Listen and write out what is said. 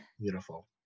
Beautiful